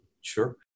Sure